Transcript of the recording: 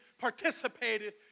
participated